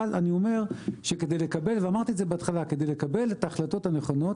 אבל כדי לקבל את ההחלטות הנכונות,